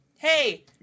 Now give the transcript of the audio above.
Hey